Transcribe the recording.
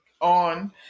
on